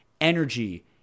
energy